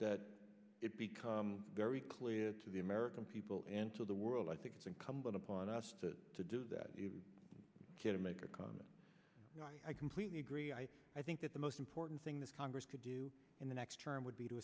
that it's become very clear to the american people and to the world i think it's incumbent upon us to to do that you can make a comment i completely agree i think that the most important thing this congress could do in the next term would be to